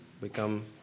become